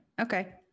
okay